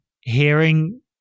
hearing